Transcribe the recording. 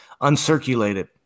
uncirculated